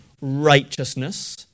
righteousness